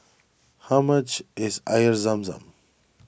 how much is Air Zam Zam